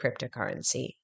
cryptocurrency